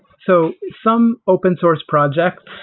so some open-source projects,